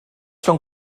són